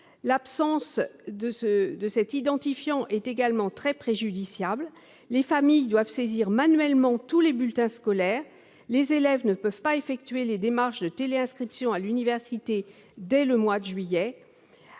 l'absence de cet identifiant est également très préjudiciable. Les familles doivent saisir manuellement tous les bulletins scolaires. Les élèves ne peuvent pas effectuer les démarches de téléinscription à l'université dès le mois de juillet.